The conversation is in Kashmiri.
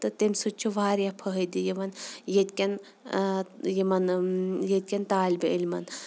تہٕ تَمہِ سۭتۍ چھُ واریاہ فٲیدٕ یِوان ییٚتہِ کٮ۪ن تعلبہٕ علمَن